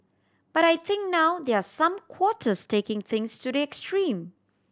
but I think now there are some quarters taking things to the extreme